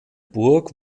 burg